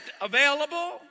available